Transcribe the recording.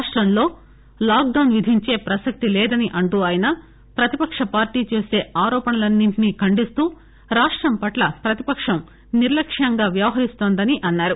రాష్టంలో lockdown విధించే ప్రసక్తే లేదని అంటూ ఆయన ప్రతిపక్ష పార్టీ చేసే ఆరోపణలన్నీ ఖండిస్తూ రాష్టం పట్ల ప్రతిపక్షం నిర్లక్యంగా వ్యవహరిస్తోందని అన్నారు